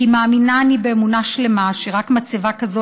כי מאמינה אני באמונה שלמה שרק מצבה כזאת